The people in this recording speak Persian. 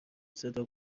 صدا